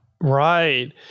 Right